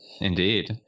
indeed